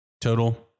total